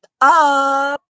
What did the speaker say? up